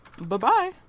Bye-bye